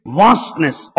vastness